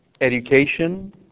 education